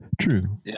true